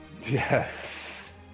Yes